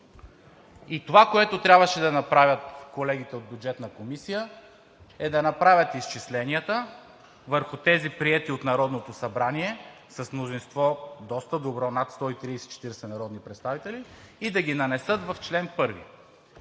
1. Това, което трябваше да направят колегите от Бюджетна комисия, е да направят изчисленията върху тези приети от Народното събрание с доста добро мнозинство – над 130 – 140 народни представители, и да ги нанесат в чл. 1.